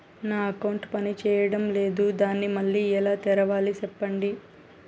నా అకౌంట్ పనిచేయడం లేదు, దాన్ని మళ్ళీ ఎలా తెరవాలి? సెప్పండి